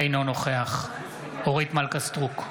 אינו נוכח אורית מלכה סטרוק,